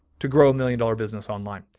to grow a million dollar business online.